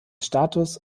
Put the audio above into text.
status